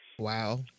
Wow